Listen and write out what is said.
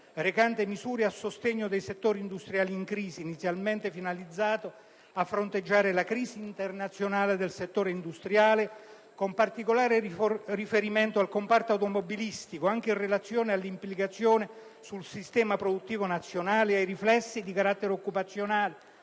recante misure urgenti a sostegno dei settori industriali in crisi, inizialmente finalizzato a fronteggiare la crisi internazionale del settore industriale, con particolare riferimento al comparto automobilistico, anche in relazione alle implicazioni sul sistema produttivo nazionale e ai riflessi di carattere occupazionale